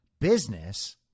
business